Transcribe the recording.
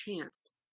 chance